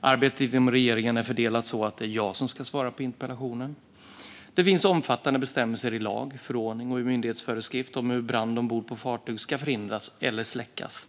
Arbetet inom regeringen är så fördelat att det är jag som ska svara på interpellationen. Det finns omfattande bestämmelser i lag, förordning och myndighetsföreskrift om hur en brand ombord på ett fartyg ska förhindras eller släckas.